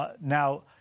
Now